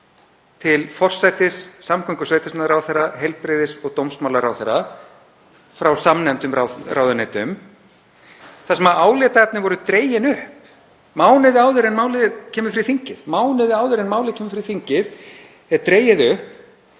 til forsætis-, samgöngu- og sveitarstjórnarráðherra, heilbrigðis- og dómsmálaráðherra frá samnefndum ráðuneytum þar sem álitaefni voru dregin upp. Mánuði áður en málið kemur fyrir þingið er dregið upp